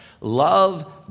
Love